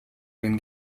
been